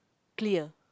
clear